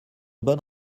bonne